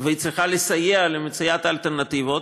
היא צריכה לסייע במציאת האלטרנטיבות,